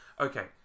okay